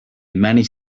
manage